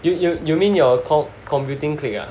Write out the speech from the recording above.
you you you mean your com~ computing clique ah